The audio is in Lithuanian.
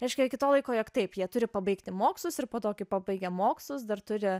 reiškia iki to laiko jog taip jie turi pabaigti mokslus ir po to kai pabaigia mokslus dar turi